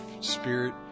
spirit